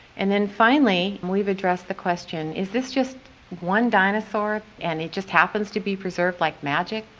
and then finally we've addressed the question is this just one dinosaur and it just happens to be preserved like magic,